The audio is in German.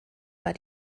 war